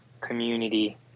community